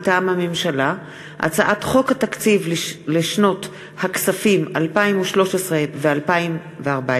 מטעם הממשלה: הצעת חוק התקציב לשנות הכספים 2013 ו-2014,